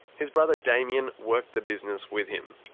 his brother damien worked the business with him.